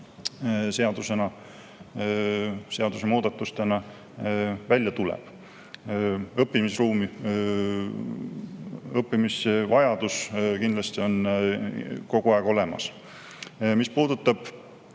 seadusemuudatustena välja tuleb. Õppimisruum ja õppimisvajadus kindlasti on kogu aeg olemas. Mis puudutab